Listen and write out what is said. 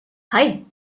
hei